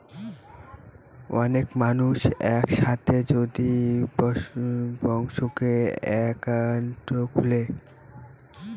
অনেক মানুষ এক সাথে যদি ব্যাংকে একাউন্ট খুলে